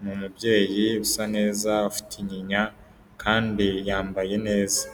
ni umubyeyi usa neza ufite inyinya kandi yambaye neza.